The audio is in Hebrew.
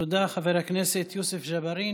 תודה, חבר הכנסת יוסף ג'בארין.